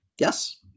Yes